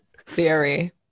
theory